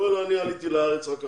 אומר שהוא עלה לארץ רק עכשיו,